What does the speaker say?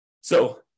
So-